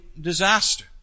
disaster